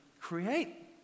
create